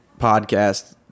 podcast